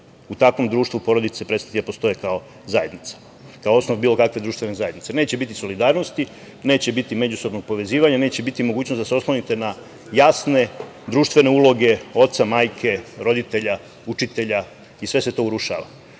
u takvom društvu porodice prestati da postoje kao zajednica, kao osnov bilo kakve društvene zajednice. Neće biti solidarnosti. Neće biti međusobnog povezivanja. Neće biti mogućnosti da se oslonite na jasne društvene uloge oca, majke, roditelja, učitelja i sve se to urušava. Onda